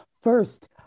First